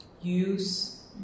Use